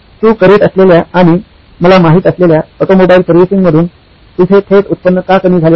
तू करीत असलेल्या आणि मला माहित असलेल्या ऑटोमोबाईल सर्व्हिसिंग मधून तुझे थेट उत्पन्न का कमी झाले आहे